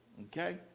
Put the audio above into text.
Okay